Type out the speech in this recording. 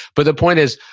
but the point is,